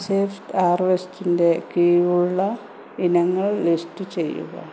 safe ഹാർവെസ്റ്റിൻറെ കിഴിവുള്ള ഇനങ്ങൾ ലിസ്റ്റ് ചെയ്യുക